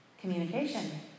communication